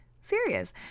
serious